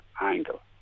angle